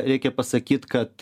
reikia pasakyt kad